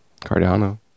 Cardano